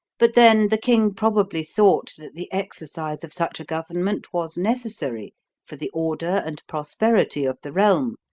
but then the king probably thought that the exercise of such a government was necessary for the order and prosperity of the realm,